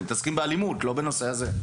הם מתעסקים באלימות, לא בנושא הזה.